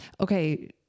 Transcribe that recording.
okay